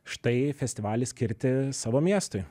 štai festivalį skirti savo miestui